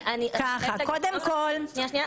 אני חושבת שזה